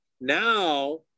now